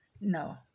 No